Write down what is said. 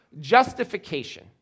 Justification